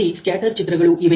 ಅಲ್ಲಿ ಸ್ಕ್ಯಾಟರ್ ಚಿತ್ರಗಳು ಇವೆ